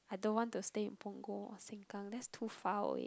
I don't want to stay in Punggol or Sengkang it's too far away